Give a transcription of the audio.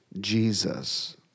Jesus